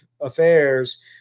Affairs